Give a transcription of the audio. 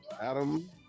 Adam